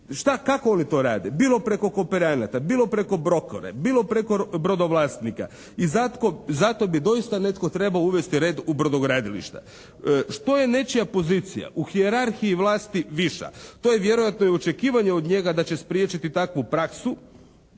kako oni to rade? Bilo preko kooperanata, bilo preko brokera, bilo preko brodovlasnika i zato bi doista netko trebao uvesti red u brodogradilišta. Što je nečija pozicija u hijerarhiji vlasti viša to je vjerojatno i očekivanje od njega da će spriječiti takvu praksu,